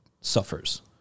suffers